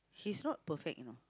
he's not perfect you know